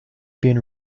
been